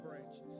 branches